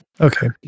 Okay